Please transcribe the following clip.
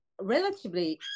relatively